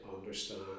understand